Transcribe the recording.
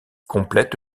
complète